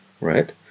right